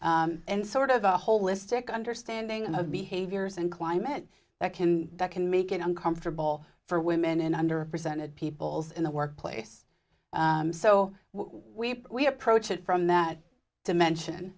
and sort of a holistic understanding of behaviors and climate that can that can make it uncomfortable for women in under a percentage peoples in the workplace so we we approach it from that dimension